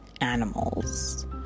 animals